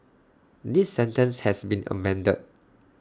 this sentence has been amended